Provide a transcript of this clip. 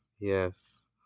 Yes